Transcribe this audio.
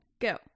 go